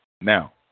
Now